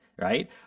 Right